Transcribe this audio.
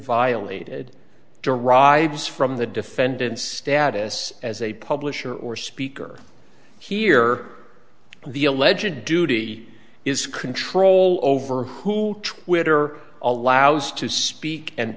violated derives from the defendant's status as a publisher or speaker here the alleged duty is control over who twitter allows to speak and